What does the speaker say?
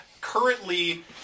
currently